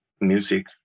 music